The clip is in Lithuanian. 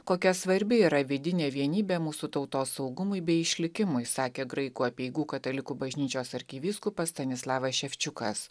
kokia svarbi yra vidinė vienybė mūsų tautos saugumui bei išlikimui sakė graikų apeigų katalikų bažnyčios arkivyskupas stanislavas ševčiukas